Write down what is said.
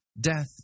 Death